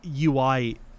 UI